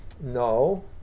No